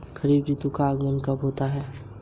खरीफ ऋतु का आगमन कब होता है?